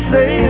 Say